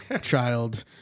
child